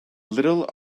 little